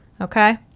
okay